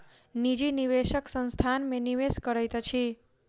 निजी निवेशक संस्थान में निवेश करैत अछि